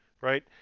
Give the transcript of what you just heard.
right